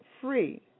free